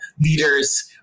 leaders